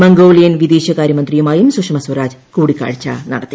Mongolian വിദേശകാര്യമന്ത്രീയുമായും Sushma Swaraj കൂടിക്കാഴ്ച നടത്തി